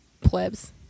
Plebs